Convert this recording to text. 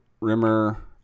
rimmer